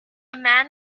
man